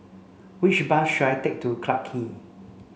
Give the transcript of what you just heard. which bus should I take to Clarke Quay